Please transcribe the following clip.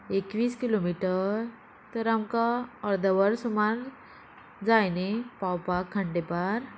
एकवीस किलोमिटर तर आमकां अर्द वर सुमार जाय न्ही पावपाक खंडेपार